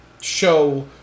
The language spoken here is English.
show